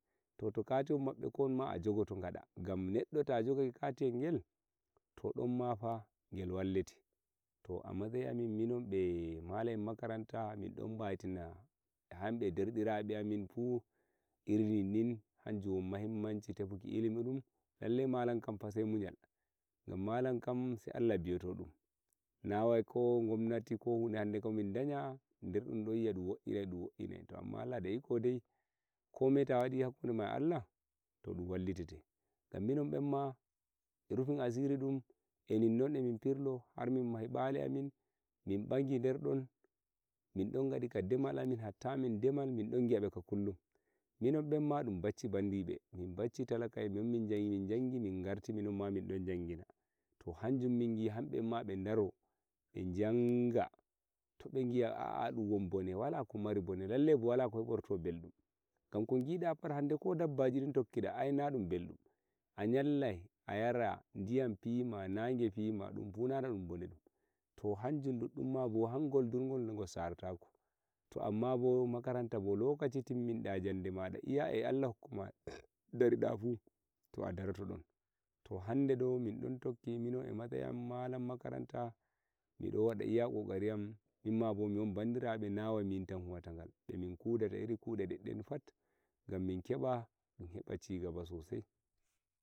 to to katihommabbe komma a jogoto gada gam denno to jogake katiyel to don mafa gel wallete to eh matsayi amin minombe malam en makaranta min don baitina habbe derbirabeamin pu irinnin hanjun mahimmanci tefuki ilimidun lallai malam kamfa sai muchal gam malam kam sai Allah tan biyotodun nawai ko gomnati ko hude ko handekam dacha der dun don yia dun waiinai to amma Allah da ikonsa komai ta wadi hakkudema eh Allah to dun wallitete gam minon bemma eh rufin asiridum eninnon eh mim pirlo har mimmahi bale amin min bagi der don min don gadi ka demal amin hakkilo amin eh wallti hatta min demal min don biabeka kulla minombenma min bachchi bandirabe min bachchi talakaen mi jehi min garti minomma min don jangina to hanjum min gi minombemma mi daro be janga tobe gia aa dunwon bone lallai wala hemirto beldum gan ko gida pat hande ko dabbaji tokkida ai na beldum achallai a yara diyam fima nage fima dum fu nan dumbone to hanjum duddummabo to hangol durgol nogol saltako to amma bo makaranta bo.